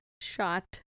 shot